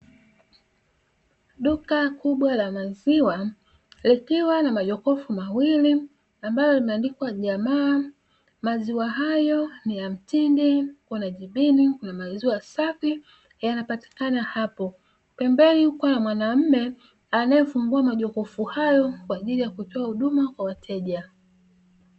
Duka kubwa la maziwa likiwa na majokofu mawili ambalo limeandikwa jamaa. Maziwa hayo ni ya mtindi, wana jibini na maziwa safi yanapatikana hapo. Pembeni yupo mwanamume anayefungua majokofu hayo kwa ajili ya kutoa huduma kwa wateja.